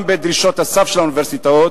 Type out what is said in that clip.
גם בדרישות הסף של האוניברסיטאות,